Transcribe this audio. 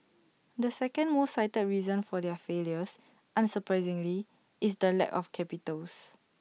the second most cited reason for their failures unsurprisingly is the lack of capitals